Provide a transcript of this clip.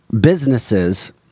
businesses